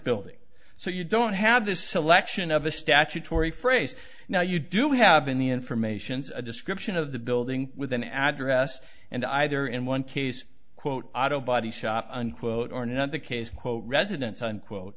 building so you don't have the selection of a statutory phrase now you do have in the informations a description of the building with an address and either in one case quote auto body shop unquote or not the case quote residence unquote